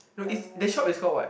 no it's the shop is called what